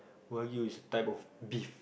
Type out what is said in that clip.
wagyu is type of beef